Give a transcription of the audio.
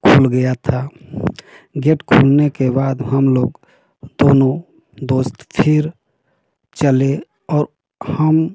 खुल गया था गेट खुलने के बाद हम लोग दोनो दोस्त फिर चले और हम